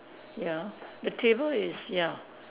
ya the table is ya